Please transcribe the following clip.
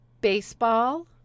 baseball